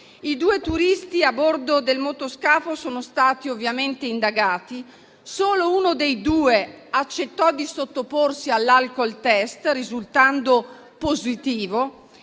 I due turisti a bordo del motoscafo sono stati ovviamente indagati. Solo uno dei due accettò di sottoporsi all'alcoltest, risultando positivo.